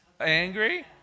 Angry